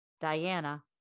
Diana